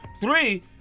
Three